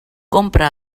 compra